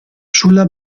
sulla